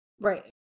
Right